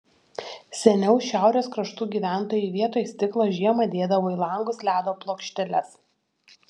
seniau šiaurės kraštų gyventojai vietoj stiklo žiemą dėdavo į langus ledo plokšteles